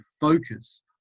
focus